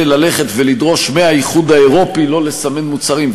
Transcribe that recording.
זה ללכת ולדרוש מהאיחוד האירופי לא לסמן מוצרים,